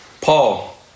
Paul